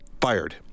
fired